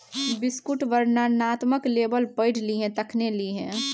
बिस्कुटक वर्णनात्मक लेबल पढ़ि लिहें तखने लिहें